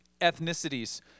ethnicities